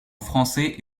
français